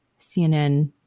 CNN